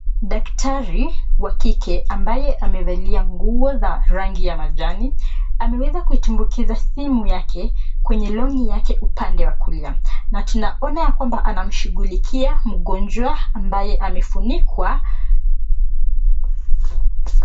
Daktari wa kike ambaye amevalia nguo za rangi majani ameweza kuitumbukiza simu yake kwenye longi yake upande wa kulia na tunaona ya kwamba anamshughulikia mgonjwa ambaye amefunikwa...